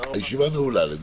הישיבה נעולה.